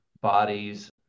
bodies